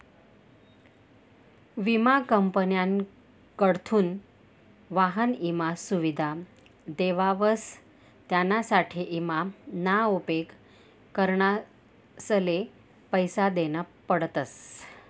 विमा कंपन्यासकडथून वाहन ईमा सुविधा देवावस त्यानासाठे ईमा ना उपेग करणारसले पैसा देना पडतस